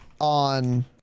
on